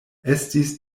estis